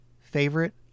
favorite